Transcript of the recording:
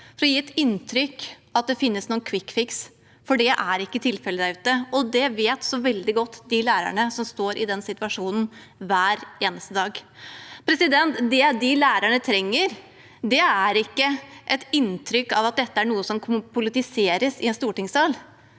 for å gi et inntrykk av at det finnes noen kvikkfiks, for det er ikke tilfellet der ute, og det vet de lærerne som står i den situasjonen hver eneste dag, så veldig godt. Det de lærerne trenger, er ikke et inntrykk av at dette er noe som kan politiseres i stortings